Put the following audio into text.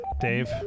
Dave